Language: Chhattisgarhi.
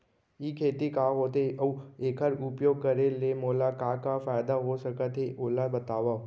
ई खेती का होथे, अऊ एखर उपयोग करे ले मोला का का फायदा हो सकत हे ओला बतावव?